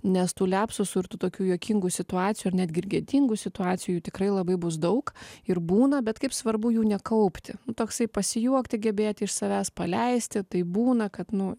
nes tų liapsusų ir tų tokių juokingų situacijų ir netgi ir gėdingų situacijų jų tikrai labai bus daug ir būna bet kaip svarbu jų nekaupti toksai pasijuokti gebėti iš savęs paleisti taip būna kad nu